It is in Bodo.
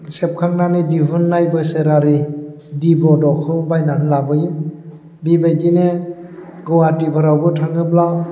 सेबखांनानै दिहुननाय बोसोरारि डि बड'खौ बायनानै लाबोयो बेबायदिनो गुवाहाटिफोरावबो थाङोब्ला